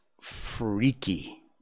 freaky